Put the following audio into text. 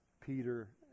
Peter